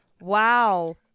Wow